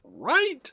Right